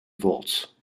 volts